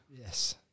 Yes